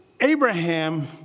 Abraham